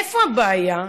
איפה הבעיה?